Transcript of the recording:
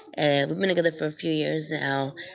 and we've been together for a few years now.